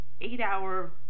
eight-hour